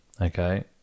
Okay